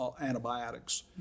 antibiotics